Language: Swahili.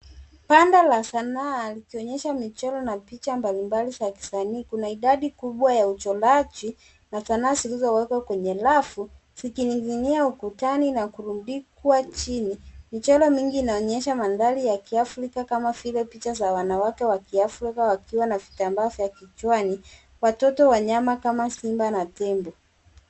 Banda la sanaa kikionyesha michoro na picha mbali mbali za kisanii, kuna idadi kubwa ya uchoraji na sanaa zilizowekwa kwenye rafu zikininginia ukutani na kurudikwa chini. Michoro mingi inaonyesha mandhari ya kiafrika kama vile picha za wanawake wa kiafrika wakiwa na vitambaa vichwani. Watoto wanyama kama simba na tembo.